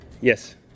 Yes